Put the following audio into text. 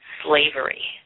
slavery